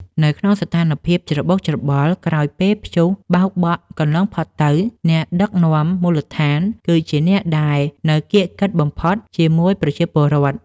នៅក្នុងស្ថានភាពច្របូកច្របល់ក្រោយពេលព្យុះបោកបក់កន្លងផុតទៅ អ្នកដឹកនាំមូលដ្ឋានគឺជាអ្នកដែលនៅកៀកកិតបំផុតជាមួយប្រជាពលរដ្ឋ។